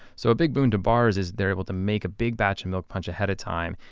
so a big boon to bars is they're able to make a big batch of milk punch ahead of time,